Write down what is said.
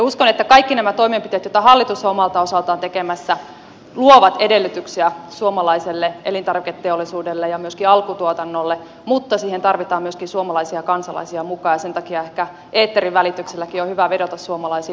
uskon että kaikki nämä toimenpiteet joita hallitus on omalta osaltaan tekemässä luovat edellytyksiä suomalaiselle elintarviketeollisuudelle ja myöskin alkutuotannolle mutta siihen tarvitaan myöskin suomalaisia kansalaisia mukaan ja sen takia ehkä eetterin välitykselläkin on hyvä vedota suomalaisiin